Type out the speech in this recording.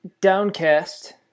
Downcast